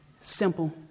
Simple